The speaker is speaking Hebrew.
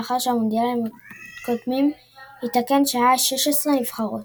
לאחר שבמונדיאלים הקודמים התקן היה 16 נבחרות.